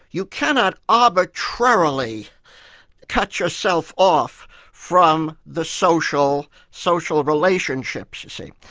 you cannot arbitrarily cut yourself off from the social social relationships you see.